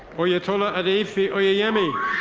oyetola adeife oyeyemi.